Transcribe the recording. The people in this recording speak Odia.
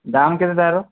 ଦାମ୍ କେତେ ତା'ର